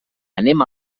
anem